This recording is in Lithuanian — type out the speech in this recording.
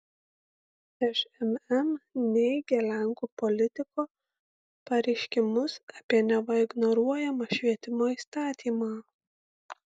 šmm neigia lenkų politiko pareiškimus apie neva ignoruojamą švietimo įstatymą